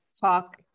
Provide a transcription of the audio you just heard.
talk